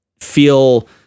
feel